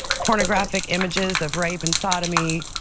pornographic images of rape and sodomy,